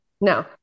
No